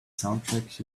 soundtrack